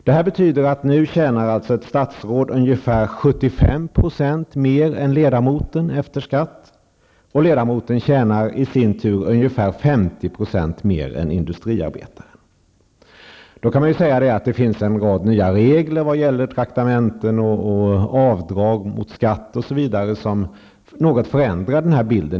Detta betyder att nu tjänar alltså ett statsråd ungefär 75 % mer än ledamoten efter skatt, och ledamoten tjänar i sin tur ungefär 50 % mer än industriarbetaren. Det kan invändas att det finns en rad nya regler vad gäller traktamenten och avdrag mot skatt osv. som något förändrar den här bilden.